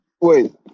wait